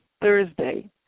Thursday